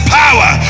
power